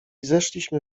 zeszliśmy